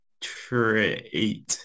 treat